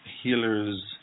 healers